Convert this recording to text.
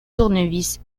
tournevis